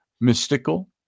mystical